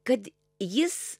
kad jis